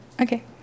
Okay